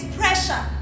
pressure